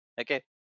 okay